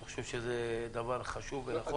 אני חושב שזה דבר חשוב מאוד.